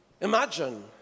Imagine